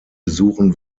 besuchen